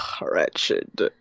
wretched